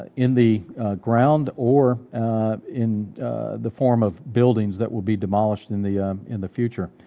in the ground, or in the form of buildings that will be demolished in the in the future.